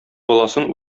баласын